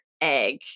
egg